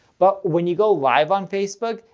but when you go live on facebook,